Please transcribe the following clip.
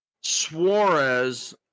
Suarez